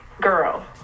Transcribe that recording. girl